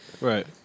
Right